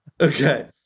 Okay